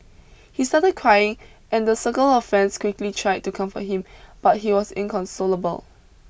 he started crying and a circle of friends quickly tried to comfort him but he was inconsolable